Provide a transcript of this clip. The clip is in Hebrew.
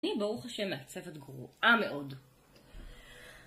אני ברוך השם מעצבת גרועה מאוד